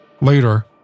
Later